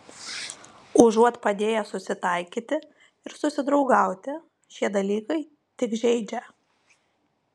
užuot padėję susitaikyti ir susidraugauti šie dalykai tik žeidžia